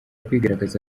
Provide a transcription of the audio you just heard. kwigaragaza